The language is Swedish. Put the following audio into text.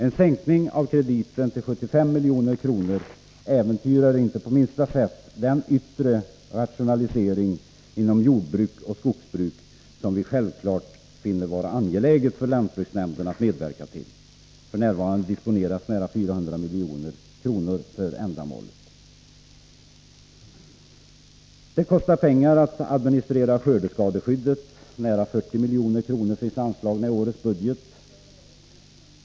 En sänkning av krediten till 75 milj.kr. äventyrar inte på minsta sätt den yttre rationalisering inom jordbruk och skogsbruk som vi självklart finner det angeläget för lantbruksnämnderna att medverka till. F. n. disponeras nära 400 milj.kr. för ändamålet. Det kostar pengar att administrera skördeskadeskyddet. Nära 40 milj.kr. finns anslagna i årets budget.